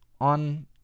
on